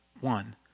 one